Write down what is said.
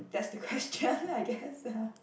that's the question I guess